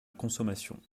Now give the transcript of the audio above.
consommation